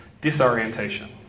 disorientation